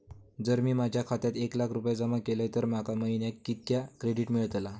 जर मी माझ्या खात्यात एक लाख रुपये जमा केलय तर माका महिन्याक कितक्या क्रेडिट मेलतला?